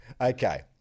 Okay